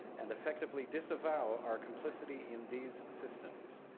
and effectively disavow our complicity in these systems.